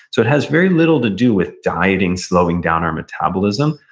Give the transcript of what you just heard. so it has very little to do with dieting slowing down our metabolism,